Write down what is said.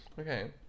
Okay